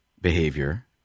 behavior